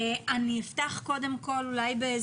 אני אפתח בהערה.